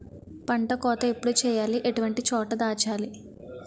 పంట కోత ఎప్పుడు చేయాలి? ఎటువంటి చోట దాచాలి?